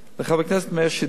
לחבר הכנסת מאיר שטרית,